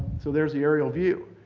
so there's the aerial view.